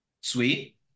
sweet